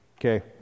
Okay